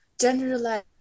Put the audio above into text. generalize